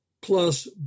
plus